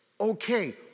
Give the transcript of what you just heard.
okay